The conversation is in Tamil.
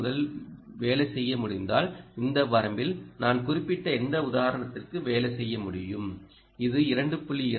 2 முதல் வேலை செய்ய முடிந்தால் இந்த வரம்பில் நான் குறிப்பிட்ட எந்த உதாரணத்திற்கும் வேலை செய்ய முடியும் இது 2